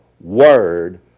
Word